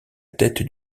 tête